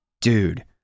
dude